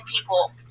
people